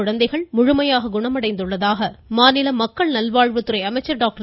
குழந்தைகள் முழுமையாக குணமடைந்துள்ளதாக மாநில மக்கள் நல்வாழ்வுத்துறை அமைச்சர் டாக்டர்